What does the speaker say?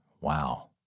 wow